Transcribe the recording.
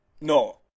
no